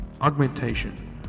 augmentation